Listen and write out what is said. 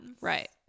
Right